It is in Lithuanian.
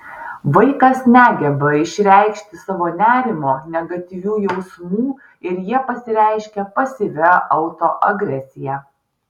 vaikas negeba išreikšti savo nerimo negatyvių jausmų ir jie pasireiškia pasyvia autoagresija